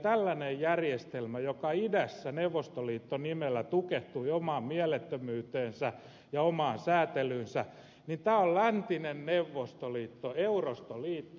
tällainen järjestelmä joka idässä neuvostoliitto nimellä tukehtui omaan mielettömyyteensä ja omaan säätelyynsä on läntinen neuvostoliitto eurostoliitto nimeltä